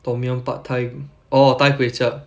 tom yum pad thai orh thai kway chap